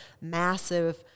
massive